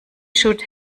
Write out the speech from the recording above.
should